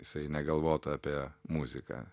jisai negalvotų apie muziką